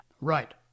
Right